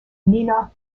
nina